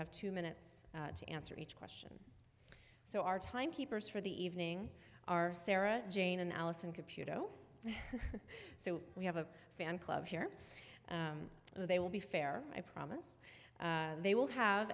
have two minutes to answer each question so our time keepers for the evening are sarah jane and allison computer oh so we have a fan club here so they will be fair i promise they will have